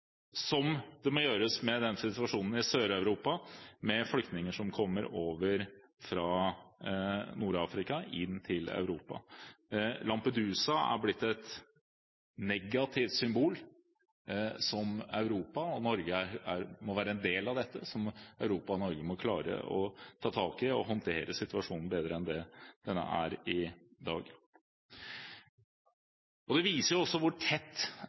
må gjøres med situasjonen i Sør-Europa med flyktninger som kommer over fra Nord-Afrika inn til Europa. Lampedusa er blitt et negativt symbol, som Europa og Norge er en del av. Europa og Norge må klare å ta tak i og håndtere situasjonen bedre enn det som gjøres i dag. Det viser også hvor tett